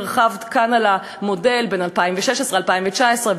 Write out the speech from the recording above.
הרחבת כאן על המודל של בין 2016 ל-2019,